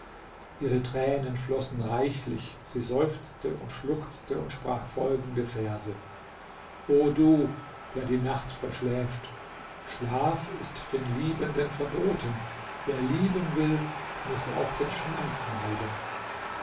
ihre tränen flossen reichlich sie seufzte und schluchzte und sprach folgende verse o du der die nacht verschläft schlaf ist den liebenden verboten wer lieben will muß auch den schlaf meiden